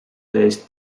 based